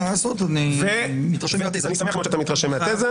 אני שמח מאוד שאתה מתרשם מהתזה.